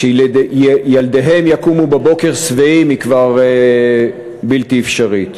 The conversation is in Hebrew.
לילדיהם לקום בבוקר שבעים היא כבר בלתי אפשרית.